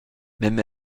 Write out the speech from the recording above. même